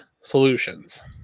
solutions